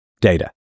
data